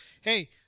Hey